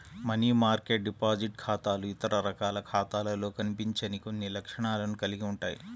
money market deposit ఖాతాలు ఇతర రకాల ఖాతాలలో కనిపించని కొన్ని లక్షణాలను కలిగి ఉంటాయి